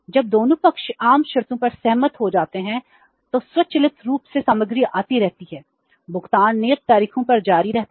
जब दोनों पक्ष आम शर्तों पर सहमत हो जाते हैं तो स्वचालित रूप से सामग्री आती रहती है भुगतान नियत तारीखों पर जारी रहता है